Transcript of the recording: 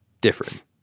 different